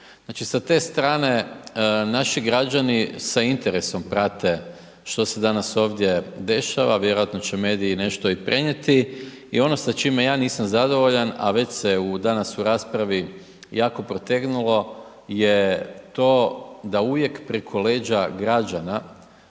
Znači sa te strane naši građani sa interesom prate što se danas ovdje dešava, vjerojatno će mediji nešto i prenijeti. I ono sa čime ja nisam zadovoljan a već se danas u raspravi jako protegnulo je to da uvijek preko leđa građana